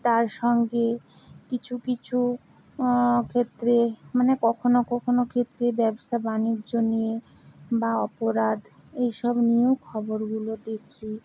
তার সঙ্গে কিছু কিছু ক্ষেত্রে মানে কখনও কখনও ক্ষেত্রে ব্যবসা বাণিজ্য নিয়ে বা অপরাধ এইসব নিয়েও খবরগুলো দেখি